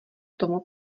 tomu